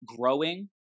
growing